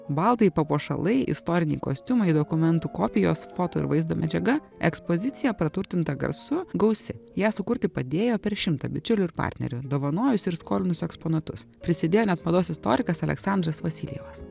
baldai papuošalai istoriniai kostiumai dokumentų kopijos foto ir vaizdo medžiaga ekspozicija praturtinta garsu gausi ją sukurti padėjo per šimtą bičiulių ir partnerių dovanojusių ir skolinusių eksponatus prisidėjo net mados istorikas aleksandras vasiljevas